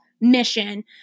mission